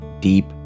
deep